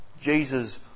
Jesus